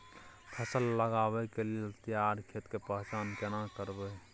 फसल लगबै के लेल तैयार खेत के पहचान केना करबै?